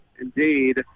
Indeed